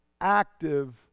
active